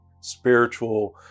Spiritual